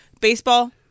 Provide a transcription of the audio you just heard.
baseball